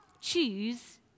Choose